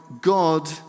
God